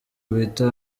bita